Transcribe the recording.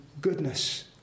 goodness